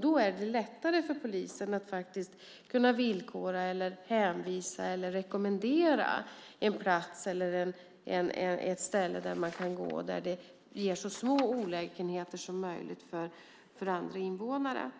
Då är det lättare för polisen att villkora, hänvisa till eller rekommendera en plats eller ett ställe där man kan gå och där det ger så små olägenheter som möjligt för andra invånare.